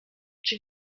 czy